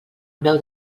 beu